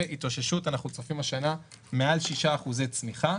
והתאוששות אנחנו צופים השנה מעל 6% צמיחה.